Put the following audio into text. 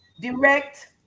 direct